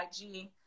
IG